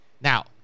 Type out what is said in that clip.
Now